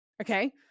Okay